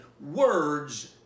Words